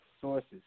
sources